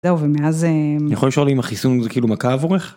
זהו ומאז יכול לשאול אם החיסון זה כאילו מכה עבורך.